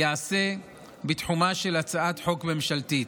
ייעשה בתחומה של הצעת חוק ממשלתית.